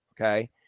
Okay